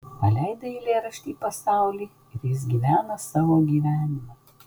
paleidai eilėraštį į pasaulį ir jis gyvena savo gyvenimą